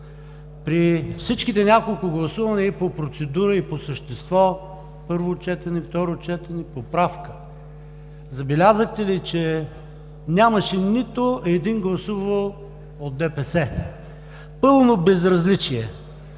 При всички няколко гласувания и по процедура, и по същество – първо четене, второ четене, поправка, забелязахте ли, че нямаше нито един гласувал от ДПС? Пълно безразличие,